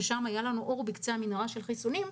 שם היה לנו אור בקצה המנהרה בדמות חיסונים,